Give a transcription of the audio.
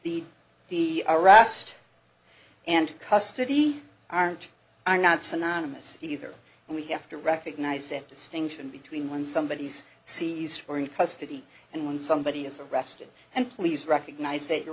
the the erast and custody aren't are not synonymous either and we have to recognize that distinction between when somebody else sees or in custody and when somebody is arrested and please recognize that your